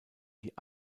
die